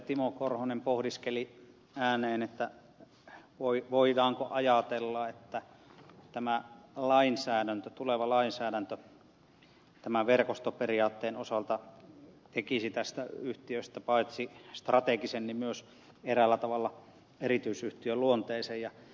timo korhonen pohdiskeli ääneen voidaanko ajatella että tuleva lainsäädäntö verkostoperiaatteen osalta tekisi tästä yhtiöstä paitsi strategisen niin myös eräällä tavalla erityisyhtiön luonteisen